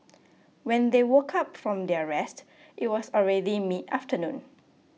when they woke up from their rest it was already midafternoon